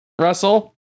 Russell